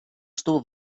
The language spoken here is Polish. stóp